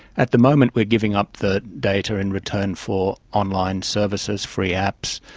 at the moment we are giving up the data in return for online services, free apps,